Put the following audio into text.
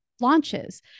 launches